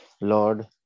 Lord